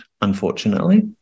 unfortunately